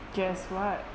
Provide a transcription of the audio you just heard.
guess what